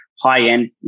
high-end